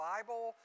Bible